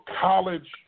college